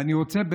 ואני רוצה,